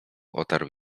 otarł